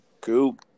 Cool